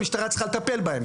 המשטרה צריכה לטפל בהם.